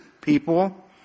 people